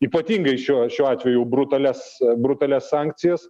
ypatingai šiuo šiuo atveju brutalias brutalias sankcijas